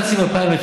שנת התקציב 2019,